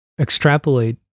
extrapolate